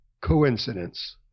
coincidence